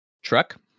truck